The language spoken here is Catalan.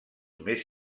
més